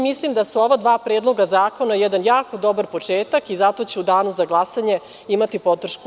Mislim da su ova dva predloga zakona jedan jako dobar početak i zato će u danu za glasanje imati podršku